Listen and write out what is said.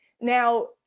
Now